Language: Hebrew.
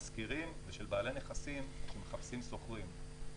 משכירים ושל בעלי נכסים שמחפשים שוכרים.